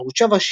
באתר ערוץ 7,